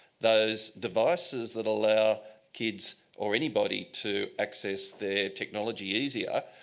those devices that allow kids or anybody to access their technology easier,